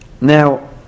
Now